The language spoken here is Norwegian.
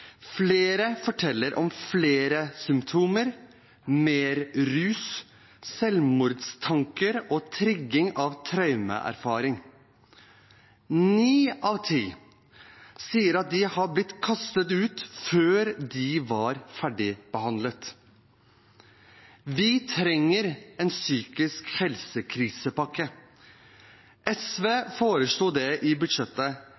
Flere forteller om flere symptomer, mer rus, selvmordstanker og trigging av traumeerfaring. Ni av ti sier at de har blitt kastet ut før de var ferdigbehandlet. Vi trenger en psykisk